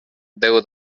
deu